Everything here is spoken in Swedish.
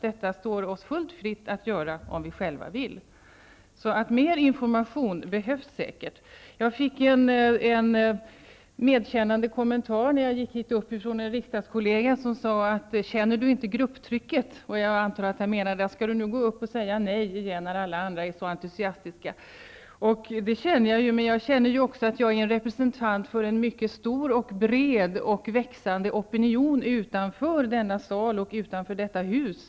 Detta står oss fullt fritt att göra om vi själva vill. Så mer information behövs säkert. När jag gick upp i talarstolen, fick jag en medkännande kommentar från en kollega som sade: Känner du inte grupptrycket? Jag antar att han menade: Skall du nu gå upp och säga nej igen, när alla andra är så entusiastiska? Det känner jag ju, men jag känner också att jag är representant för en mycket stor och bred och växande opinion utanför denna sal och utanför detta hus.